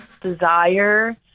desire